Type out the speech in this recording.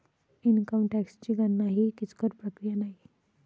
income टॅक्सची गणना ही किचकट प्रक्रिया नाही